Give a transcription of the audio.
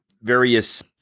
various